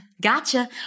gotcha